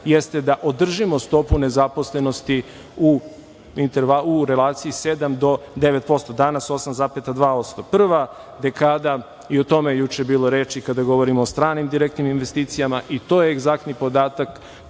jeste da održimo stopu nezaposlenosti u relaciji 7% do 9% danas 8,2%.Prva dekada i o tome je juče bilo reči kada govorimo o stranim direktnim investicijama i to je egzaktni podatak